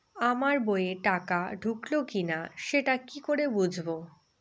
আমার বইয়ে টাকা ঢুকলো কি না সেটা কি করে বুঝবো?